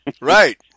right